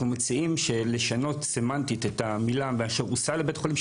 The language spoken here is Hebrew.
אנחנו מציעים לשנות את המילים: "הוסע לבית חולים",